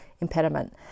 impediment